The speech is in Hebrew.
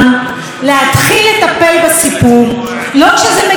לא כשזה מגיע לבית המשפט ולא כשצריך להעניש,